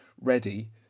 ready